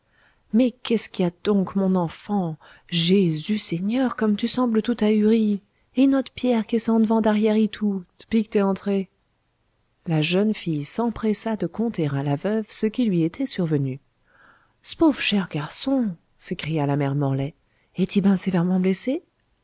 mais qu'est-ce qu'y a donc mon enfant jésus seigneur comme tu sembles tout ahurie et not'pierre qu'est sens devant darrière itou d'pis qutest entrée la jeune fille s'empressa de conter à la veuve ce qui lui était survenu c'pauvre cher garçon s'écria la mère morlaix est y ben sévèrement